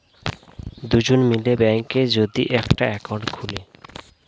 দুজন মিলে ব্যাঙ্কে যদি একটা একাউন্ট খুলে